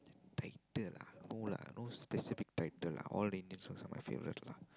title lah no lah no specific title lah all Indians songs are my favourite lah